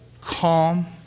calm